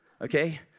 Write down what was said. okay